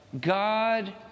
God